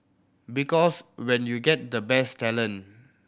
because when you get the best talent